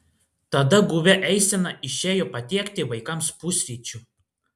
tada guvia eisena išėjo patiekti vaikams pusryčių